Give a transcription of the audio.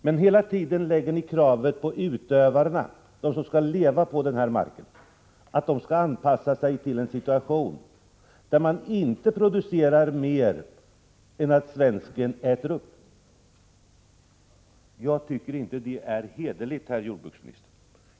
Men hela tiden ställer ni krav på utövarna, på dem som skall leva på marken, att de skall anpassa sig till en situation där man inte producerar mer än vad svensken äter upp. Jag tycker inte det är hederligt, herr jordbruksminister.